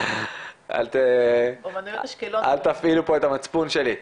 וזה קשור למצב הנוער.